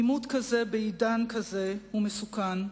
עימות כזה בעידן כזה הוא מסוכן,